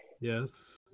Yes